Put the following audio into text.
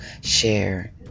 share